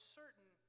certain